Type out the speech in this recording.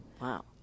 Wow